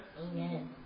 Amen